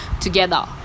together